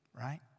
right